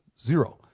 Zero